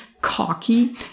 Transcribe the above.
cocky